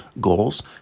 goals